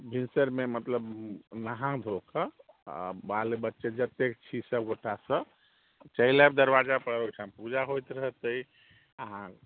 भिनसरमे मतलब नहा धोकऽ आओर बाल बच्चे जतेक छी सबगोटा सब चलि आइब दरवाजापर ओहिठाम पूजा होइत रहतै अहाँ